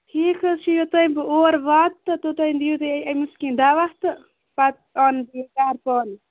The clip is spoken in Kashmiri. ٹھیٖک حظ چھُ یوٚتانۍ بہٕ اور واتہٕ توٚتانۍ دِیو تُہۍ أمِس کیٚنٛہہ دوا تہٕ پَتہٕ اَنہٕ بہٕ پانہٕ